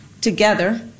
together